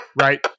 right